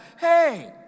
hey